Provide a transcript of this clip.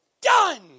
Done